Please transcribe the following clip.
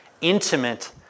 intimate